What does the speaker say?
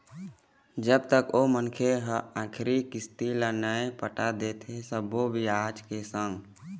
जब तक ओ मनखे ह आखरी किस्ती ल नइ पटा दे सब्बो बियाज के संग